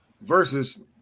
Versus